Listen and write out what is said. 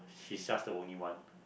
she's just the only one